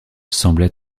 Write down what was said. semblent